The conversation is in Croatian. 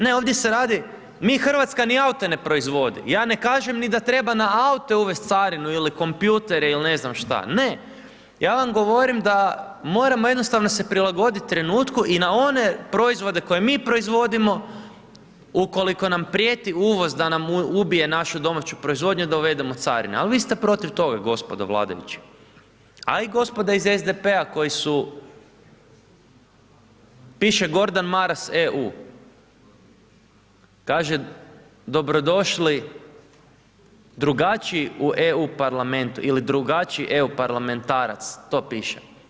Ne, ovdje se radi, mi RH ni aute ne proizvodi, ja ne kažem ni da treba na aute uvest carinu ili kompjutere ili ne znam šta, ne, ja vam govorim da moramo jednostavno prilagodit se trenutku i na one proizvode koje mi proizvodimo ukoliko nam prijeti uvoz da nam ubije našu domaću proizvodnju, dovedemo carine, ali vi ste protiv toga gospodo vladajući, a i gospoda iz SDP-a koji su, piše Gordan Maras EU, kaže, dobro došli drugačiji u EU parlament ili drugačiji EU parlamentarac, to piše.